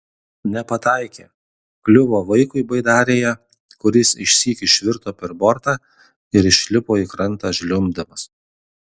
nepataikė kliuvo vaikui baidarėje kuris išsyk išvirto per bortą ir išlipo į krantą žliumbdamas